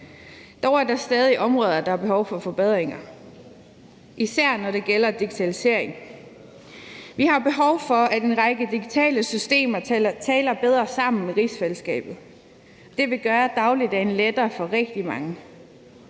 Dog er der stadig områder, hvor der er behov for forbedringer, især når det gælder digitalisering. Vi har behov for, at en række digitale systemer taler bedre sammen med rigsfællesskabet – det vil gøre dagligdagen lettere for rigtig mange.